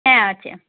হ্যাঁ আছে